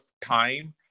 time